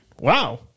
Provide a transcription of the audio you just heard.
Wow